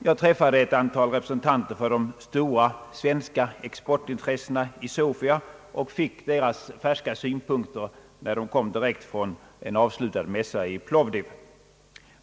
Jag träffade ett antal representanter för de stora svenska exportintressena i Sofia och fick deras färska synpunkter när de kom direkt från en avslutad mässa i Plovdiv.